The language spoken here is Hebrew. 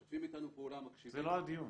הם משתפים איתנו פעולה, מגיבים --- זה לא הדיון.